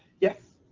yes,